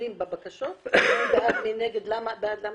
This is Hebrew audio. בבקשות, מי בעד מי נגד ולמה